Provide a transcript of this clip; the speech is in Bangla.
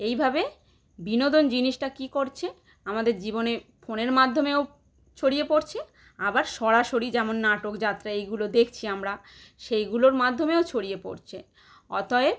এইভাবে বিনোদন জিনিসটা কী করছে আমাদের জীবনে ফোনের মাধ্যমেও ছড়িয়ে পড়ছে আবার সরাসরি যেমন নাটক যাত্রা এইগুলো দেখছি আমরা সেইগুলোর মাধ্যমেও ছড়িয়ে পড়ছে অতএব